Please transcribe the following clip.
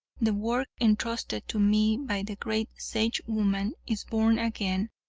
the work entrusted to me by the great sagewoman is born again,